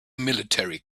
military